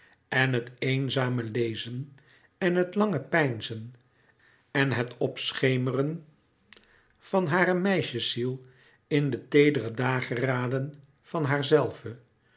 en het eenzame lezen en het lange peinzen en het opschemeren van hare meisjesziel in de teedere dageraden van haarzelve